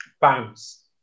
bounce